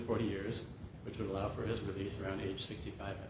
forty years which would allow for his release around age sixty five